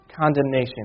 condemnation